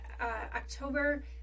October